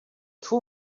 two